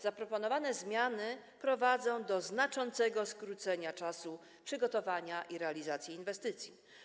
Zaproponowane zmiany prowadzą do znaczącego skrócenia czasu przygotowania i realizacji inwestycji.